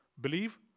Believe